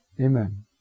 Amen